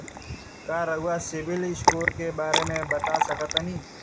का रउआ CIBIL score के बारे में बता सकतानी?